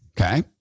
Okay